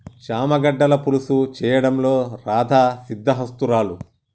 చామ గడ్డల పులుసు చేయడంలో రాధా సిద్దహస్తురాలు